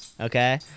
okay